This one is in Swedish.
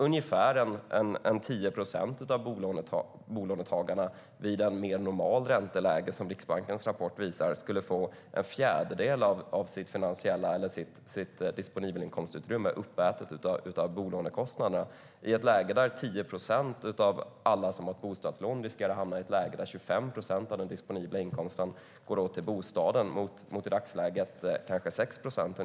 Ungefär 10 procent av bolånetagarna skulle vid ett normalt ränteläge - vilket Riksbankens rapport visar - få en fjärdedel av sitt disponibelinkomstutrymme uppätet av bolånekostnaderna i ett läge där 10 procent av alla dem som har bostadslån riskerar att hamna i ett läge där 25 procent av den disponibla inkomsten går åt till bostaden. I dagsläget är det ungefär 6 procent.